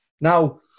Now